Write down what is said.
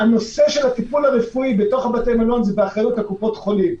הטיפול הרפואי בתוך בתי המלון הוא באחריות קופות החולים.